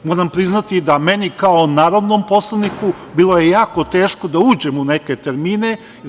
Moram priznati da meni kao narodnom poslaniku bilo je jako teško da uđem u neke termine.